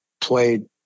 played